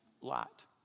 Lot